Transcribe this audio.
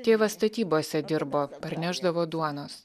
tėvas statybose dirbo parnešdavo duonos